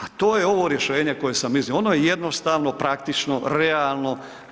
A to je ovo rješenje koje sam iznio, ono je jednostavno praktično, realno.